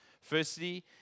Firstly